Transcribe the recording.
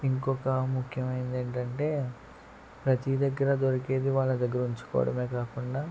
ఇంకొక ముఖ్యమైంది ఏంటంటే ప్రతి దగ్గర దొరికేది వాళ్ళ దగ్గర ఉంచుకోవడమే కాకుండా